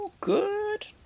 good